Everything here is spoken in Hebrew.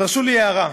תרשו לי, הערה: